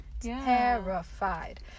Terrified